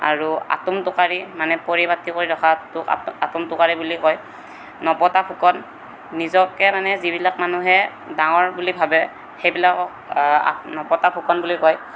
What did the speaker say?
আৰু আটোম টোকাৰি মানে পৰিপাটিকৈ ৰখাটোক আটো আটোম টোকাৰি বুলি কয় নপতা ফুকন নিজকে মানে যিবিলাক মানুহে ডাঙৰ বুলি ভাৱে সেইবিলাকক নপতা ফুকন বুলি কয়